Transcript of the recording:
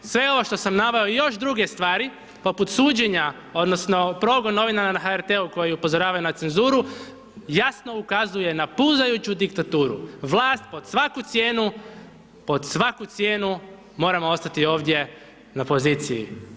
Sve ono što sam naveo i još druge stvari, poput suđenja, odnosno progon novinara na HRT-u koji upozoravaju na cenzuru, jasno ukazuje na puzajuću diktaturu, vlast pod svaku cijenu, pod svaku cijenu moramo ostati ovdje na poziciji.